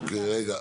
אוקיי, רגע.